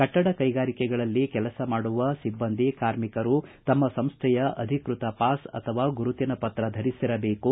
ಕಟ್ಟಡ ಕೈಗಾರಿಕೆಗಳಲ್ಲಿ ಕೆಲಸ ಮಾಡುವ ಸಿಬ್ಲಂದಿ ಕಾರ್ಮಿಕರು ತಮ್ಮ ಸಂಸ್ಥೆಯ ಅಧಿಕ್ಕತ ಪಾಸ್ ಅಥವಾ ಗುರುತಿನ ಪತ್ರ ಧರಿಸಿರಬೇಕು